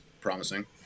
promising